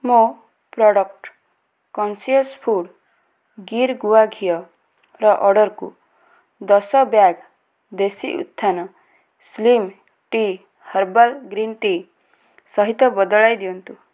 ମୋ product conscious food Gir ଗୁଆ ଘିଅ ର ଅର୍ଡ଼ର୍କୁ ଦଶ ବ୍ୟାଗ୍ ଦେଶୀ Utthan slim tea herbal green tea ସହିତ ବଦଳାଇ ଦିଅନ୍ତୁ